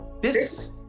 business